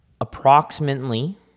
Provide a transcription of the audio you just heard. approximately